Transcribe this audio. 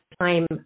time